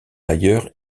ailleurs